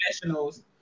professionals